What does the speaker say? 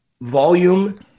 Volume